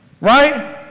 right